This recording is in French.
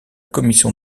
commission